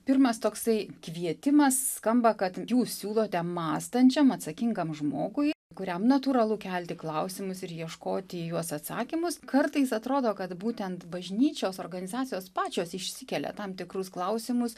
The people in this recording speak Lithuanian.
pirmas toksai kvietimas skamba kad jūs siūlote mąstančiam atsakingam žmogui kuriam natūralu kelti klausimus ir ieškoti į juos atsakymus kartais atrodo kad būtent bažnyčios organizacijos pačios išsikelia tam tikrus klausimus